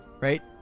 Right